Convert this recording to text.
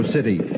City